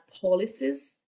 policies